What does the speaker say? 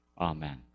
Amen